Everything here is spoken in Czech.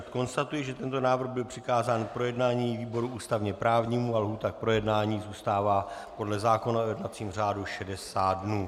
Konstatuji, že tento návrh byl přikázán k projednání výboru ústavněprávnímu a lhůta k projednání zůstává podle zákona o jednacím řádu 60 dnů.